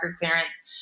clearance